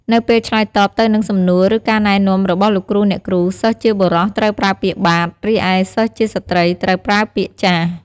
នៅពេលឆ្លើយតបទៅនឹងសំណួរ ឬការណែនាំរបស់លោកគ្រូអ្នកគ្រូ សិស្សជាបុរសត្រូវប្រើពាក្យ "បាទ" រីឯសិស្សជាស្ត្រីត្រូវប្រើពាក្យ "ចាស"។